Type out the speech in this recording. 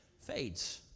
fades